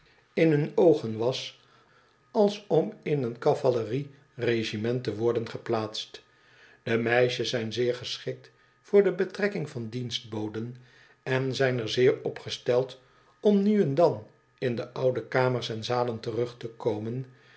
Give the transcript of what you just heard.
in hunne oogen was als om in een cavalerieregiment te worden geplaatst de meisjes zijn zeer geschikt voor de betrekking van dienstboden en zyn er zeer op gesteld om nu en dan in de oude kamers en zalen terug te komen